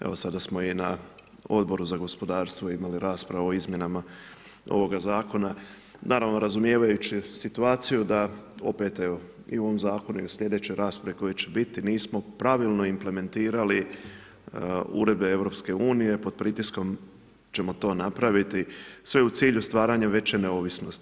Evo sada smo i na Odboru za gospodarstvo imali raspravu o izmjenama ovoga zakona, naravno razumijevajući situaciju da opet evo i u ovom zakonu i u sljedećoj raspravi koja će biti nismo pravilno implementirali uredbe EU pod pritiskom ćemo to napraviti, sve u cilju stvaranja veće neovisnosti.